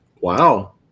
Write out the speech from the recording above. Wow